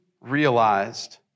realized